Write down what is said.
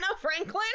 Franklin